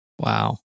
Wow